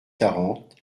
quarante